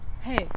Hey